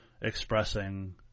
expressing